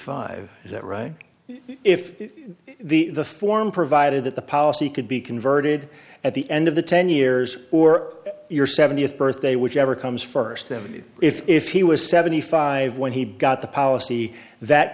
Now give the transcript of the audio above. five that right if the the form provided that the policy could be converted at the end of the ten years or your seventieth birthday whichever comes first then if he was seventy five when he got the policy that